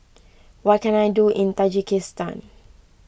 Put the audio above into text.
what can I do in Tajikistan